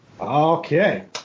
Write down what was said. Okay